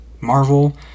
marvel